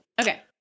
Okay